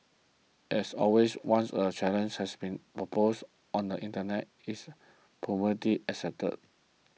as always once a challenge has been proposed on the Internet it is promptly accepted